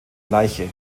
leiche